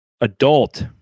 Adult